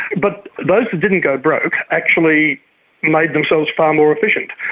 but but didn't go broke actually made themselves far more efficient.